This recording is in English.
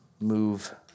move